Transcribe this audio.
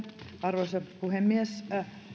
arvoisa puhemies